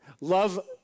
Love